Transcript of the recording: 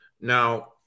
now